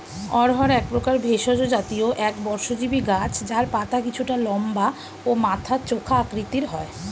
অড়হর একপ্রকার ভেষজ জাতীয় একবর্ষজীবি গাছ যার পাতা কিছুটা লম্বা ও মাথা চোখা আকৃতির হয়